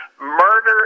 murder